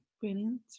brilliant